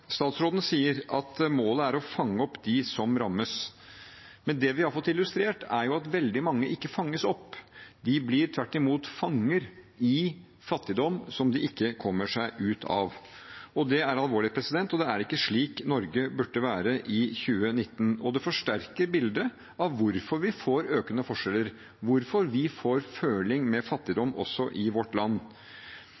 Statsråden sier at målet er å fange opp dem som rammes. Men det vi har fått illustrert, er at veldig mange ikke fanges opp. De blir tvert imot fanget i fattigdom, som de ikke kommer seg ut av. Det er alvorlig, og det er ikke slik Norge burde være i 2019. Det forsterker bildet av hvorfor vi får økende forskjeller, hvorfor vi får føling med